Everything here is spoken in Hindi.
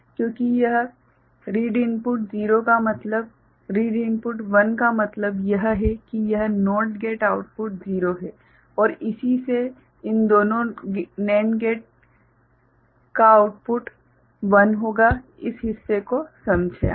क्योंकि यह रीड इनपुट 0 का मतलब रीड इनपुट 1 का मतलब यह है कि यह NOT गेट आउटपुट 0 है और इसी से इन दोनों NAND गेट का आउटपुट 1 होगा इस हिस्सा को समझे आप